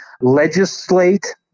Legislate